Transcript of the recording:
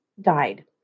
died